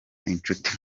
incuti